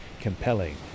compelling